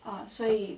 ah 所以